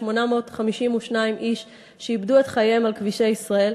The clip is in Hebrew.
31,852 איש שאיבדו את חייהם על כבישי ישראל.